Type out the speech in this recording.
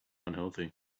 unhealthy